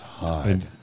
God